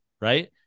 right